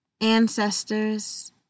ancestors